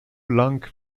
lang